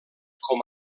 com